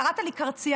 קראת לי קרצייה,